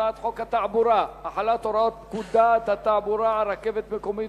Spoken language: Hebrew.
הצעת חוק התעבורה (החלת הוראות פקודת התעבורה על רכבת מקומית,